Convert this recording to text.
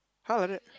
!huh! like that